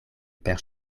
per